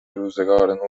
روزگار